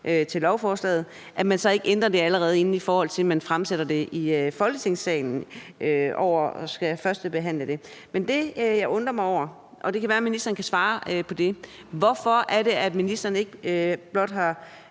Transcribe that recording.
til lovforslaget, ændrer det, allerede inden man fremsætter det i Folketingssalen og skal førstebehandle det. Men det, jeg undrer mig over – og det kan være, at ministeren kan svare på det: Hvorfor er det, at ministeren ikke blot har